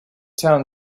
town